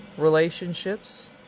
relationships